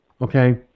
Okay